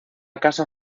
casa